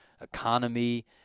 economy